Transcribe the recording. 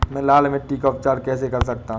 मैं लाल मिट्टी का उपचार कैसे कर सकता हूँ?